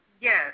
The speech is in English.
Yes